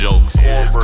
Jokes